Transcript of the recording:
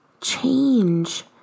Change